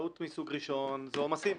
טעות מסוג ראשון זה עומסים.